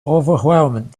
overwhelmed